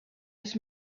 his